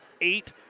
eight